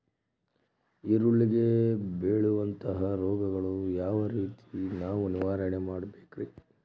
ಈರುಳ್ಳಿಗೆ ಬೇಳುವಂತಹ ರೋಗಗಳನ್ನು ಯಾವ ರೇತಿ ನಾವು ನಿವಾರಣೆ ಮಾಡಬೇಕ್ರಿ?